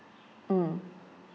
mm